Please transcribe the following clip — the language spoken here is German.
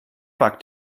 backt